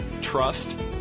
trust